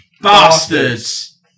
Bastards